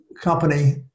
company